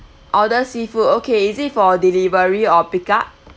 order seafood okay is it for delivery or pick up